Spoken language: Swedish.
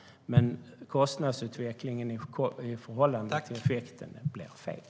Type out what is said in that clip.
Men kostnadsutvecklingen i förhållande till effekten blir fel.